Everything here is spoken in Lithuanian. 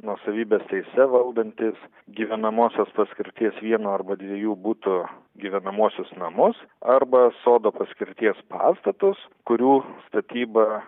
nuosavybės teise valdantys gyvenamosios paskirties vieno arba dviejų butų gyvenamuosius namus arba sodo paskirties pastatus kurių statyba